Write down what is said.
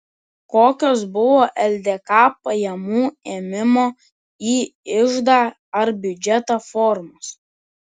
kokios buvo ldk pajamų ėmimo į iždą ar biudžetą formos